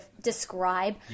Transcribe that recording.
describe